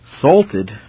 salted